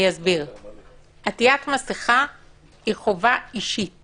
עטיית מסיכה היא חובה אישית